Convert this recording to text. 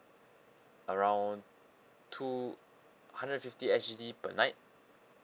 around two hundred and fifty S_G_D per night